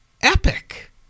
epic